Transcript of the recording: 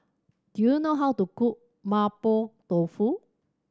do you know how to cook Mapo Tofu